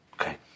Okay